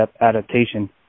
adaptation